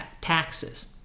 taxes